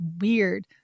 weird